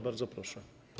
Bardzo proszę.